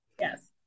Yes